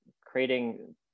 creating